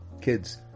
Kids